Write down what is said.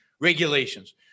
regulations